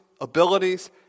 abilities